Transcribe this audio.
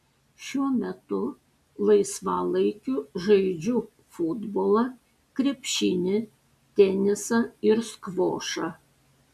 šiuo metu laisvalaikiu žaidžiu futbolą krepšinį tenisą ir skvošą